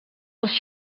dels